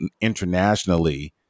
internationally